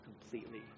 completely